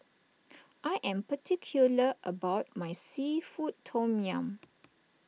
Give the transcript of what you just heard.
I am particular about my Seafood Tom Yum